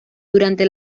durante